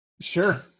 Sure